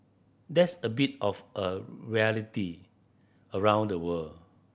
that's a bit of a rarity around the world